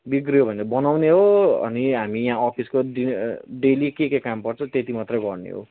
बिग्रियो भने बनाउने हो अनि हामी यहाँ अफिसको डेली के के काम पर्छ त्यति मात्रै गर्ने हो